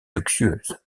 luxueuses